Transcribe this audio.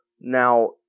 Now